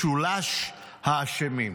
משולש האשמים.